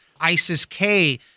ISIS-K